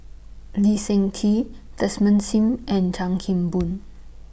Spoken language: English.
Lee Seng Tee Desmond SIM and Chan Kim Boon